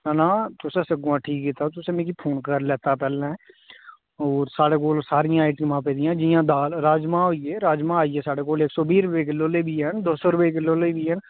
ना ना तुसें सगोआं ठीक कीता तुसें मिगी फोन करी लैता पैह्लें होर साढ़े कोल सारियां आइटमां पेदियां जियां दाल राजमां होई गे राजमां आई गे साढ़े कोल इक सौ बीह् रपेऽ किल्लो आह्ले बी हैन दो सौ रपेऽ किल्लो आह्ले बी हैन